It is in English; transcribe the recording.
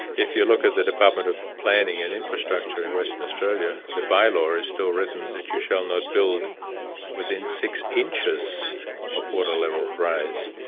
if you look at the department of planning and infrastructure in western australia, the by-law is still written that you shall not build within six inches of water level rise.